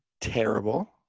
terrible